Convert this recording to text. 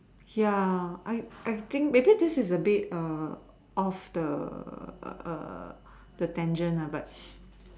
ya I I I think maybe this is a bit off the Tangent lah but